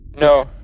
No